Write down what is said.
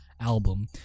album